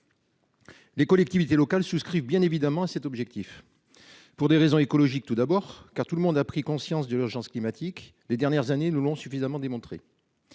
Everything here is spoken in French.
Les collectivités locales souscrivent bien évidemment à cet objectif. Pour des raisons écologiques. Tout d'abord car tout le monde a pris conscience de l'urgence climatique. Les dernières années nous l'ont suffisamment démontré.